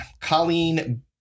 Colleen